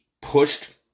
pushed